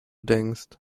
denkst